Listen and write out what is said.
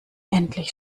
endlich